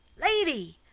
lady!